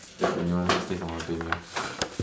if you want me stay some more must pay me